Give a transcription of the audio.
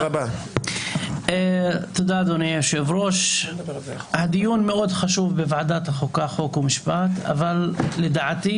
אני חושב שעניתי עוד לפני אבל אני אשמח לענות.